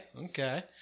okay